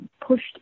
pushed